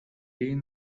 این